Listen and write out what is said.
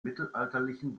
mittelalterlichen